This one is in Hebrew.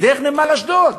דרך נמל אשדוד.